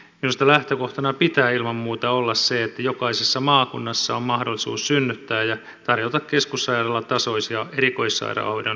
minusta lähtökohtana pitää ilman muuta olla sen että jokaisessa maakunnassa on mahdollisuus synnyttää ja tarjota keskussairaalatasoisia erikoissairaanhoidon palveluita